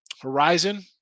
Horizon